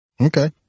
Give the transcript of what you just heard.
Okay